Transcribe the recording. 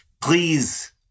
Please